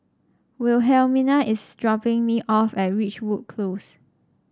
Wilhelmina is dropping me off at Ridgewood Close